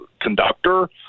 conductor